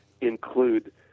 include